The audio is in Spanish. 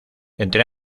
entre